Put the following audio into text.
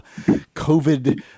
covid